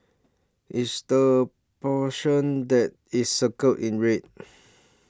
it's the portion that is circled in red